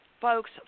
folks